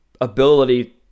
ability